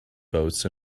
boats